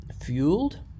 fueled